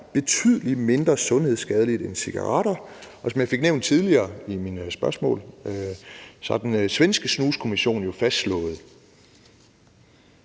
betydelig mindre sundhedsskadeligt end cigaretter. Som jeg fik nævnt tidligere i mine spørgsmål, har den svenske snuskommission jo fastslået,